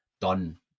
done